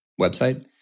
website